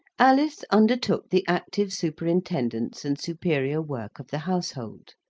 alice undertook the active superintendence and superior work of the household.